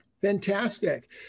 Fantastic